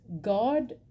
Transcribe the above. God